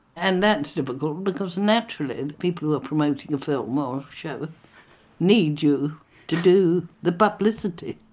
and that's difficult because naturally the people who are promoting a film or a show need you to do the publicity